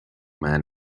man